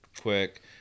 quick